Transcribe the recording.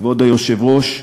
כבוד היושב-ראש,